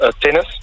Tennis